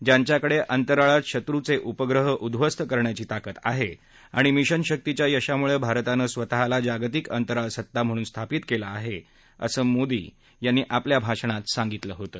ज्यांच्याकडे अंतराळात शत्रूंचे उपग्रह उध्वस्त करण्याची ताकद आहे आणि मिशन शक्तीच्या यशामुळे भारताने स्वतःला जागतिक अंतराळ सत्ता म्हणून स्थापित केले आहे असं मोदींनी आपल्या भाषणात सांगितलं होतं